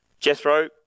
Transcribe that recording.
Jethro